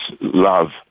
love